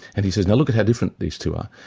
and he says, now look at how different these two are.